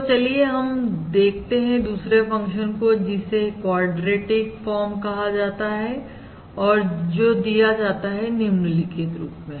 तो चलिए हम देखते हैं दूसरे फंक्शन को जिसे क्वाड्रेटिक फॉर्म कहा जाता है और जो दिया जाता है निम्नलिखित रुप में